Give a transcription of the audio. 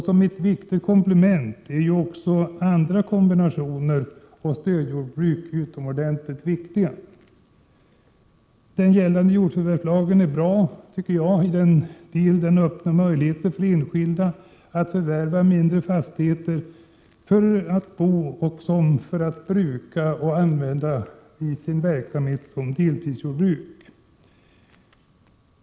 Som komplement är ju också andra kombinationer och stödjordbruk utomordentligt viktiga. Den gällande jordförvärvslagen är bra, tycker jag, i den del som innebär att den öppnar möjligheter för enskilda att förvärva mindre fastigheter för att där bo och bedriva deltidsjordbruk.